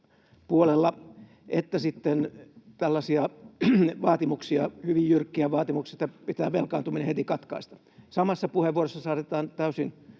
puolella että sitten hyvin jyrkkiä vaatimuksia, että pitää velkaantuminen heti katkaista. Samassa puheenvuorossa saatetaan täysin